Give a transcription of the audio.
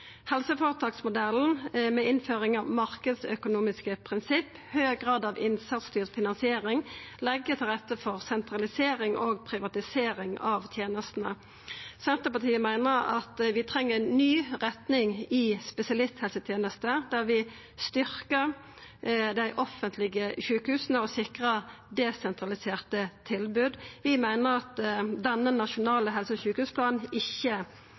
Helseføretaksmodellen med innføring av marknadsøkonomiske prinsipp og høg grad av innsatsstyrt finansiering legg til rette for sentralisering og privatisering av tenestene. Senterpartiet meiner at vi treng ei ny retning i spesialisthelsetenesta, der vi styrkjer dei offentlege sjukehusa og sikrar desentraliserte tilbod. Vi meiner at denne nasjonale helse- og sjukehusplanen ikkje